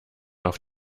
auf